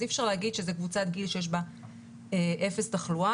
אז אי אפשר להגיד שזו קבוצת גיל שיש בה אפס תחלואה.